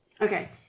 Okay